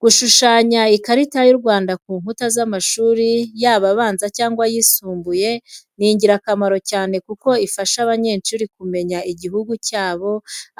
Gushushanya ikarita y’u Rwanda ku nkuta z'amashuri yaba abanza cyangwa ayisumbuye ni ingirakamaro cyane kuko ifasha abanyeshuri kumenya igihugu cyabo,